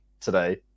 today